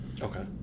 Okay